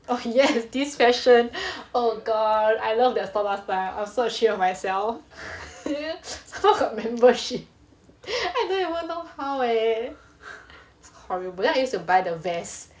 oh yes this fashion oh god I love that store last time I'm so ashamed of myself still got membership I don't even know how eh it's horrible then I used to buy the vest